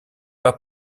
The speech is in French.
pas